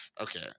okay